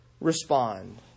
respond